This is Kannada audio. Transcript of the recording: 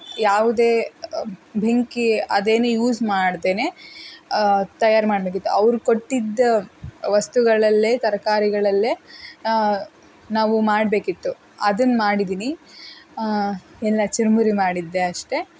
ಯಾವುದೇ ಬೆಂಕಿ ಅದೇನು ಯೂಸ್ ಮಾಡ್ದೇ ತಯಾರು ಮಾಡಬೇಕಿತ್ತು ಅವರು ಕೊಟ್ಟಿದ್ದ ವಸ್ತುಗಳಲ್ಲೇ ತರಕಾರಿಗಳಲ್ಲೇ ನಾವು ಮಾಡಬೇಕಿತ್ತು ಅದನ್ನು ಮಾಡಿದೀನಿ ಎಲ್ಲ ಚುರುಮುರಿ ಮಾಡಿದ್ದೆ ಅಷ್ಟೇ